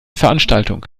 veranstaltung